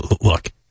look